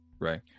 right